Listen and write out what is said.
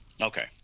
okay